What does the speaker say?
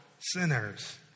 sinners